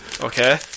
Okay